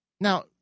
Now